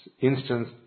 instance